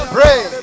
Pray